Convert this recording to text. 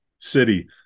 City